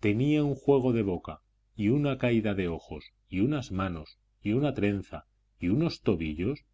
tenía un juego de boca y una caída de ojos y unas manos y una trenza y unos tobillos